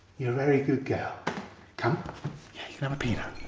you're a very good girl come. have a peanut!